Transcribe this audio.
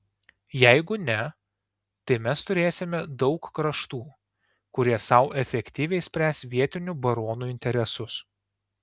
jeigu ne tai mes turėsime daug kraštų kurie sau efektyviai spręs vietinių baronų interesus